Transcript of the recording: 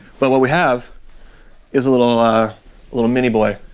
but what we have is a little ah little mini-boy.